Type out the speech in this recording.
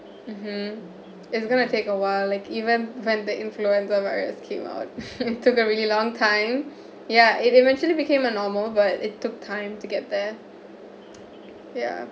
mmhmm it's going to take a while like even when the influenza virus came out took a really long time ya it eventually became a normal but it took time to get there